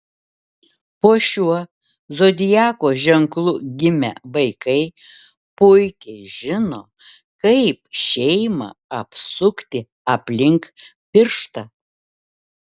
po šiuo zodiako ženklu gimę vaikai puikiai žino kaip šeimą apsukti aplink pirštą